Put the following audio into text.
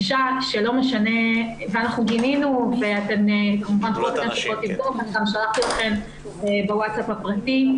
אנחנו גינינו ואני גם שלחתי לכם בווטסאפ הפרטי.